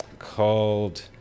Called